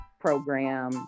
program